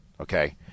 Okay